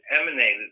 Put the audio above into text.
emanated